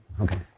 Okay